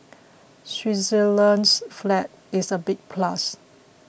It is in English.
Switzerland's flag is a big plus